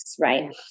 right